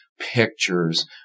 pictures